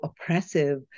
oppressive